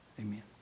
amen